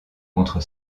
contre